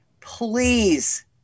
please